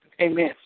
Amen